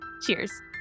Cheers